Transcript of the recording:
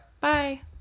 Bye